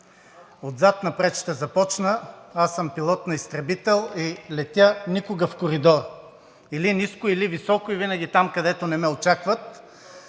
Отзад напред ще започна. Аз съм пилот на изтребител и не летя никога в коридор – или ниско, или високо и винаги там, където не ме очакват.